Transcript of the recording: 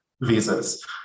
visas